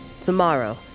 Tomorrow